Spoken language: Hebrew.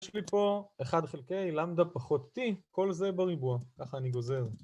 יש לי פה 1 חלקי Lamda פחות t, כל זה בריבוע, ככה אני גוזר